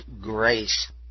grace